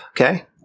Okay